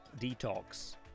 detox